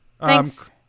Thanks